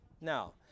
Now